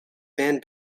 fan